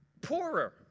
poorer